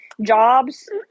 jobs